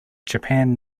japan